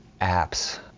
apps